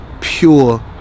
pure